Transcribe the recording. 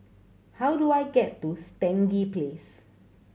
how do I get to Stangee Place